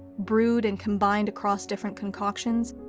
brewed and combined across different concoctions,